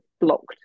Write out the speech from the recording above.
blocked